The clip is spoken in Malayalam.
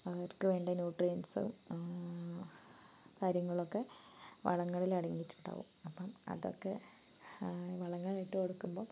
അവർക്കുവേണ്ട ന്യൂട്രിയൻ്റ്സും കാര്യങ്ങളൊക്കെ വളങ്ങളിൽ അടങ്ങിയിട്ടുണ്ടാവും അപ്പം അതൊക്കെ വളങ്ങൾ ഇട്ടുകൊടുക്കുമ്പം